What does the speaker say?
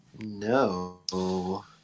No